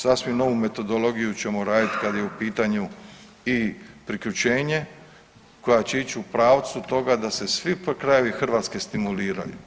Sasvim novu metodologiju ćemo raditi kada je u pitanju priključenje koja će ići u pravcu toga da se svi krajevi Hrvatske stimuliraju.